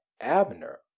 Abner